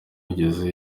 wigeze